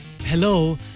Hello